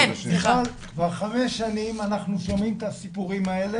כבר חמש שנים אנחנו שומעים את הסיפורים האלה,